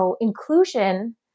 inclusion